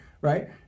right